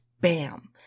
bam